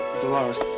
Dolores